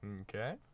Okay